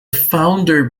founder